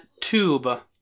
tube